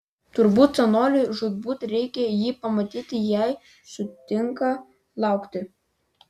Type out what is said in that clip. turbūt seneliui žūtbūt reikia jį pamatyti jei sutinka laukti